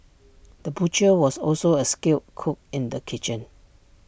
the butcher was also A skilled cook in the kitchen